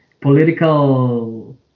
political